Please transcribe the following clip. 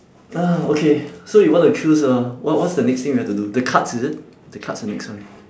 ah okay so you want to choose uh what what's the next thing we have to do the cards is it the cards the next one